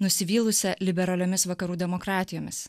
nusivylusia liberaliomis vakarų demokratijomis